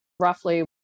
Roughly